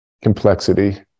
complexity